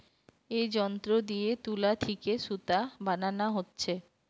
এ যন্ত্র দিয়ে তুলা থিকে সুতা বানানা হচ্ছে